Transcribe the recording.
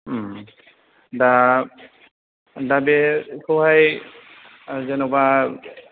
दा दा बे खौ हाय जेन'बा